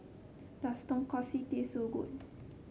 does Tonkatsu taste so good